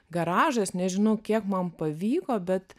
garažais nežinau kiek man pavyko bet